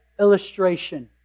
illustration